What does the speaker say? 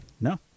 No